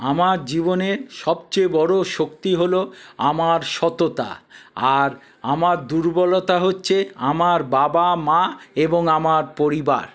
আমার জীবনে সবচেয়ে বড়ো শক্তি হল আমার সততা আর আমার দুর্বলতা হচ্ছে আমার বাবা মা এবং আমার পরিবার